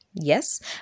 Yes